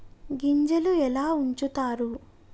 గింజలు ఎలా ఉంచుతారు?